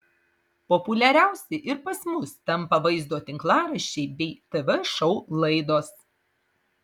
populiariausi ir pas mus tampa vaizdo tinklaraščiai bei tv šou laidos